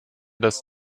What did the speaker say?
dass